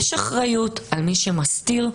יש אחריות על מי שמסתיר,